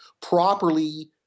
properly